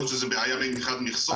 יכול להיות שזו בעיה מבחינת מכסות.